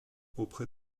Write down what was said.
auprès